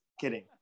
kidding